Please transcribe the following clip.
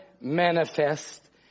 manifest